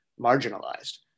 marginalized